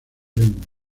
lenguas